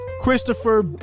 Christopher